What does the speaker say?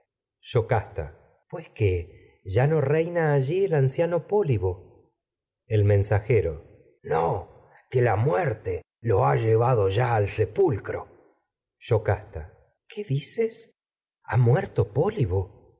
yocasta pues qué ya no reina allí el anciano pólibo el mensajero no que la muerte lo ha llevado ya al sepulcro yocasta qué dices ha muerto pólibo